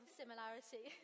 similarity